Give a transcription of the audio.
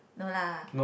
no lah